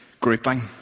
grouping